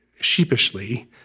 sheepishly